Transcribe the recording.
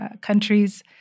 countries